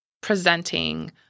presenting